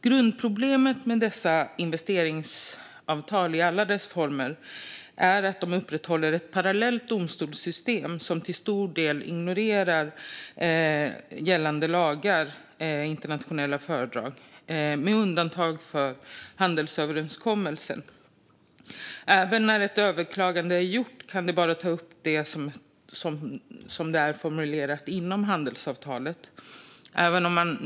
Grundproblemet med dessa investeringsavtal i alla deras former är att de upprätthåller ett parallellt domstolssystem som till stor del ignorerar gällande lagar och internationella fördrag, med undantag för handelsöverenskommelsen. Även när ett överklagande är gjort kan det bara ta upp det som är formulerat inom handelsavtalet.